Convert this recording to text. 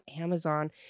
Amazon